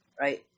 right